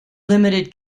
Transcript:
limited